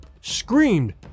screamed